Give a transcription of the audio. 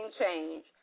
change